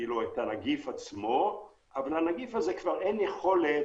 כלומר את הנגיף עצמו, אבל לנגיף הזה כבר אין יכולת